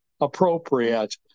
appropriate